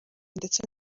ndetse